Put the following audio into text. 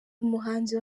umuhanzi